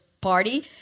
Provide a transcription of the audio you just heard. party